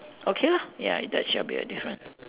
okay lah ya that should be a difference